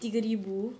tiga ribu